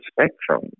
spectrum